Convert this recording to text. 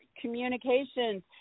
communications